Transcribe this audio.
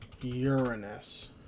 Uranus